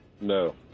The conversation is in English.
No